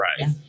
right